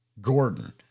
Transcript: Gordon